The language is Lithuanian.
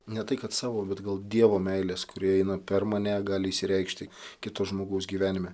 ne tai kad savo bet gal dievo meilės kuri eina per mane gali išsireikšti kito žmogaus gyvenime